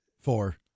four